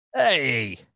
hey